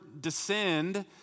descend